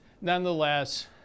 nonetheless